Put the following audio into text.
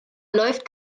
läuft